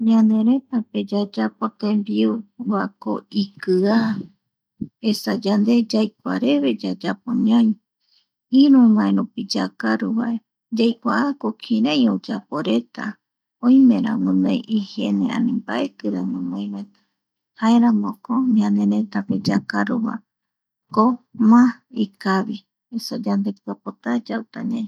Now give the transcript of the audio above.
Ñaneretape yayapo tembiu va ko ikiaá, esa yande yaikuareve yayapo ñai iruvaerupi yakaruvae, yaikuako kirai oyaporeta oimera guinoi hijiene ani mbaetira jaeramoko ñanerëtäpe yakaruva, kó má ikavi yandepiapotá yauta ñai.